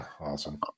Awesome